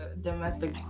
domestic